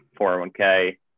401k